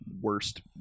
worst